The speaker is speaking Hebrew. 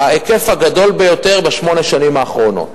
ההיקף הגדול ביותר בשמונה השנים האחרונות.